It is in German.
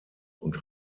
und